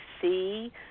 see